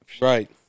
Right